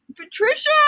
Patricia